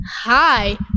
Hi